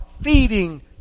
feeding